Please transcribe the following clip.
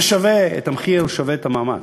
זה שווה את המחיר, שווה את המאמץ,